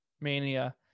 mania